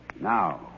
Now